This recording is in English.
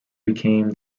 became